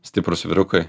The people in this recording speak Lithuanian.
stiprūs vyrukai